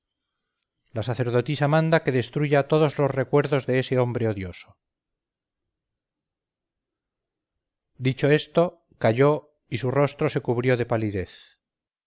la sacerdotisa manda que destruya todos los recuerdos de ese hombre odioso dicho esto calló y su rostro se cubrió de palidez